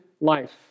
life